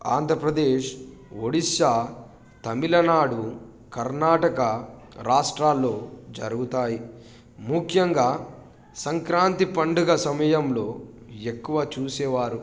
ఆంధ్రప్రదేశ్ ఒడిస్సా తమిళనాడు కర్ణాటక రాష్ట్రాలలో జరుగుతాయి ముఖ్యంగా సంక్రాంతి పండుగ సమయంలో ఎక్కువ చూసేవారు